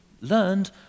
learned